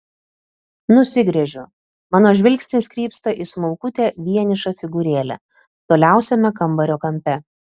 nusigręžiu mano žvilgsnis krypsta į smulkutę vienišą figūrėlę toliausiame kambario kampe